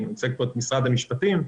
אני מייצג פה את משרד המשפטים.